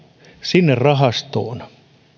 sinne rahastoon